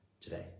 today